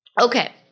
Okay